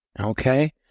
Okay